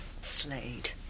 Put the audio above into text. Slade